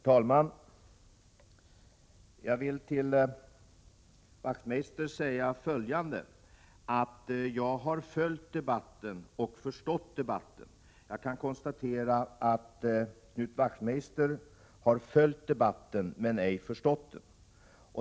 Herr talman! Till Knut Wachtmeister vill jag säga följande: Jag har följt debatten och förstått debatten. Jag kan konstatera att Knut Wachtmeister har följt debatten men ej förstått den.